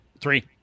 Three